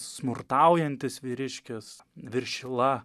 smurtaujantis vyriškis viršila